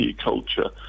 culture